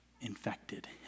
infected